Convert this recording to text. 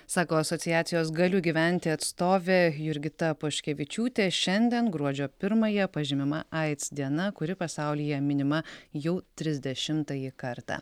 sako asociacijos galiu gyventi atstovė jurgita poškevičiūtė šiandien gruodžio pirmąją pažymima aids diena kuri pasaulyje minima jau trisdešimtąjį kartą